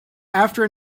after